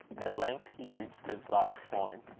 at length he reached his last coin.